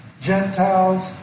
Gentiles